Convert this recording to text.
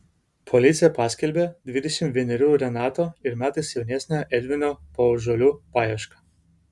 policija paskelbė dvidešimt vienerių renato ir metais jaunesnio edvino paužuolių paiešką